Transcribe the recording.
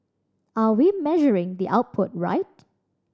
are we measuring the output right